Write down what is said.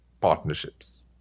partnerships